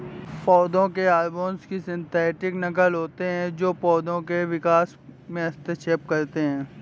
पौधों के हार्मोन की सिंथेटिक नक़ल होते है जो पोधो के विकास में हस्तक्षेप करते है